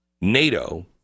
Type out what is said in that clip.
NATO